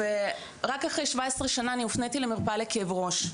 ורק אחרי 17 שנה אני הופניתי למרפאת כאבי ראש.